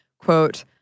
Quote